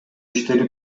иштери